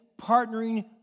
partnering